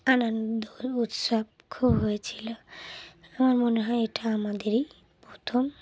আনন্দ উৎসব খুব হয়েছিলো আমার মনে হয় এটা আমাদের এই প্রথম